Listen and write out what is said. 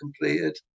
completed